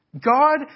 God